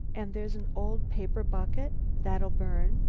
and there's an old paper bucket. that'll burn.